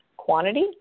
quantity